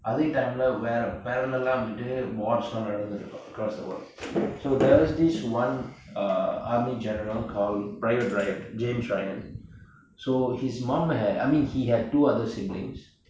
அதெ:athe time வேர:vera parallel வந்துட்டு:vanthuttu wars நடந்துகிட்டு இருக்கும்:nadanthukittu irukum around the world so there was this one uh army general called uh private ryan james ryan so his mom had I mean he had two other siblings